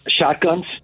shotguns